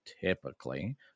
typically